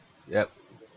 yup